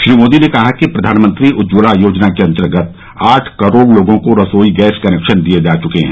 श्री मोदी ने कहा कि प्रधानमंत्री उज्जवला योजना के अंतर्गत आठ करोड़ लोगों को रसोई गैस कनेक्शन दिए जा चुके हैं